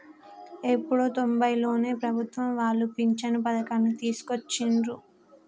ఎప్పుడో తొంబైలలోనే ప్రభుత్వం వాళ్ళు పించను పథకాన్ని తీసుకొచ్చిండ్రు